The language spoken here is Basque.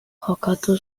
jokatu